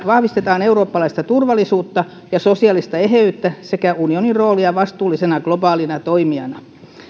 vahvistetaan eurooppalaista turvallisuutta ja sosiaalista eheyttä sekä unionin roolia vastuullisena globaalina toimijana